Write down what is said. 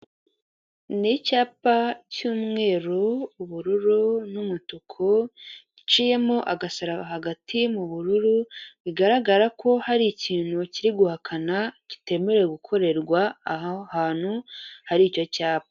Ni icyapa cy'umweru, ubururu n'umutuku giciyemo agasaraba hagati mu bururu, bigaragara ko hari ikintu kiri guhakana kitemerewe gukorerwa aho hantu hari icyo cyapa.